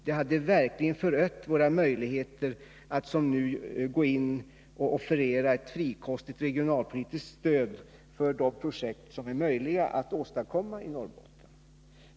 Det hade verkligen förött våra möjligheter att som nu gå in och offerera ett frikostigt regionalpolitiskt stöd för de projekt som är möjliga att åstadkomma i Norrbotten.